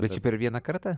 bet čia per vieną kartą